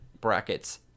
brackets